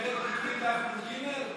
מסכת גיטין, דף נ"ג?